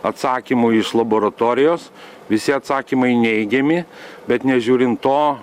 atsakymų iš laboratorijos visi atsakymai neigiami bet nežiūrint to